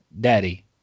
daddy